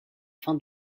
fin